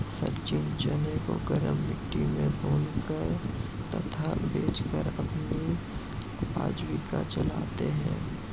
सचिन चने को गरम मिट्टी में भूनकर तथा बेचकर अपनी आजीविका चलाते हैं